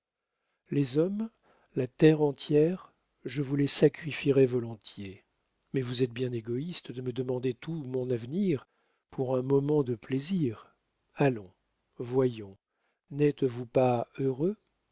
les hommes la terre entière je vous les sacrifierais volontiers mais vous êtes bien égoïste de me demander tout mon avenir pour un moment de plaisir allons voyons n'êtes-vous pas heureux